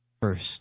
first